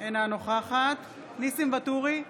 אינה נוכחת ניסים ואטורי,